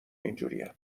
اینجورین